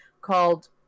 called-